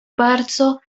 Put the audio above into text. bardzo